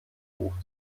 buch